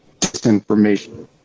disinformation